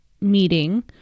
meeting